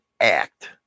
act